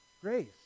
Grace